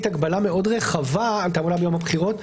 הגבלה מאוד רחבה על תעמולה ביום הבחירות.